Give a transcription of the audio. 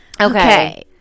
Okay